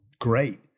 great